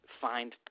find